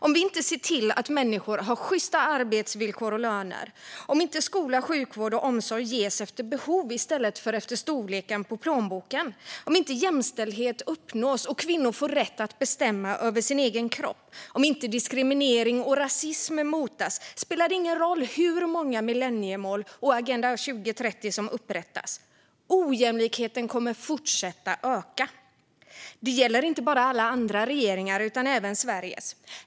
Om inte vi ser till att människor har sjysta arbetsvillkor och löner, om inte skola, sjukvård och omsorg ges efter behov i stället för efter storleken på plånboken, om inte jämställdhet uppnås och kvinnor får rätt att bestämma över sin egen kropp, om inte diskriminering och rasism motas spelar det ingen roll hur många millenniemål eller Agenda 2030 som upprättas; ojämlikheten kommer att fortsätta att öka. Det gäller inte bara alla andra regeringar utan även Sveriges.